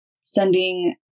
sending